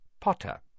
Potter